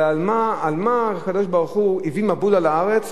אבל על מה הקדוש-ברוך-הוא הביא מבול על הארץ?